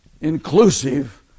inclusive